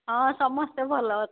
ହଁ ସମସ୍ତେ ଭଲ